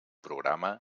programa